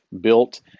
built